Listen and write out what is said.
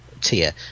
tier